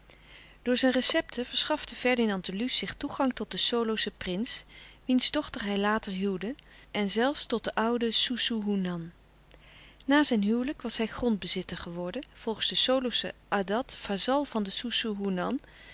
door zijn recepten verschafte ferdinand de luce zich toegang tot den soloschen prins wiens dochter hij later huwde en zelfs tot den ouden soesoehoenan na zijn huwelijk was hij grondbezitter geworden volgens den soloschen adat vazal van den